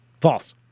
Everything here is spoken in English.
False